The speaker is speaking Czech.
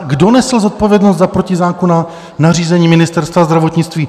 Kdo nesl zodpovědnost za protizákonná nařízení Ministerstva zdravotnictví?